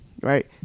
right